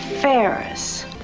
Ferris